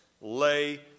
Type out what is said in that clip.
lay